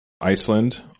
iceland